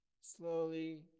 Slowly